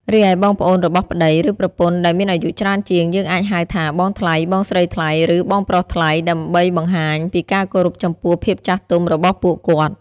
រីឯបងប្អូនរបស់ប្ដី ឬប្រពន្ធដែលមានអាយុច្រើនជាង យើងអាចហៅថា បងថ្លៃ, បងស្រីថ្លៃ ឬ បងប្រុសថ្លៃ ដើម្បីបង្ហាញពីការគោរពចំពោះភាពចាស់ទុំរបស់ពួកគាត់។